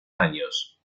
años